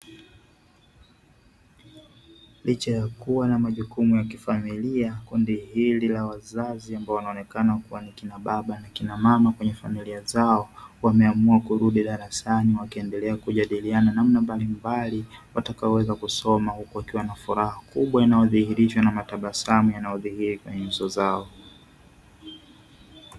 Licha ya kuwa na majukumu ya kifamilia kundi hili la wazazi ambao wanaonekana kuwa ni kina baba na kina mama kwenye familia zao wameamua kurudi darasani wakiendelea kujadiliana namna mbalimbali watakaoweza kusoma huku wakiwa na furaha kubwa inayodhihirishwa na matabasamu yanayodhihirika kwenye nyuso. zao